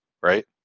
Right